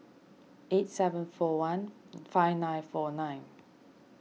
eight seven four one five nine four nine